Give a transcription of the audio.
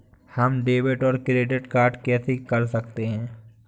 हम डेबिटऔर क्रेडिट कैसे कर सकते हैं?